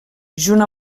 junt